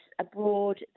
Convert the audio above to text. abroad